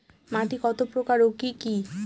মাটি কতপ্রকার ও কি কী?